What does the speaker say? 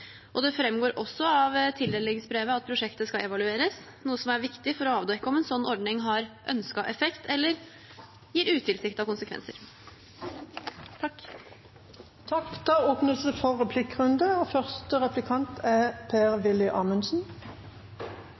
og det framgår også av tildelingsbrevet at prosjektet skal evalueres, noe som er viktig for å avdekke om en slik ordning har ønsket effekt eller gir utilsiktede konsekvenser. Det blir replikkordskifte. På justisfeltet som på de fleste andre felt er